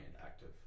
active